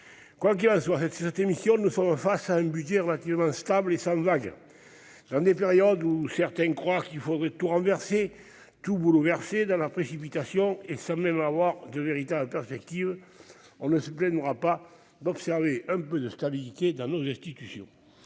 Quoi qu'il en soit, le budget de cette mission est relativement stable et sans vagues. Dans des périodes où certains croient qu'il faudrait tout renverser, tout bouleverser, dans la précipitation, et ce sans même avoir de véritable perspective, on ne se plaindra pas d'observer un peu de stabilité dans nos institutions.